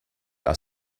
are